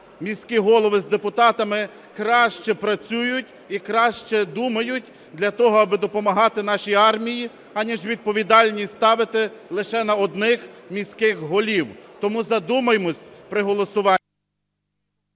міські голови з депутатами краще працюють і краще думають для того, аби допомагати нашій армії, аніж відповідальність ставити лише на одних міських голів. Тому задумаймось при голосуванні…